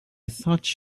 thought